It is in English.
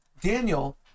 Daniel